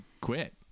quit